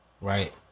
Right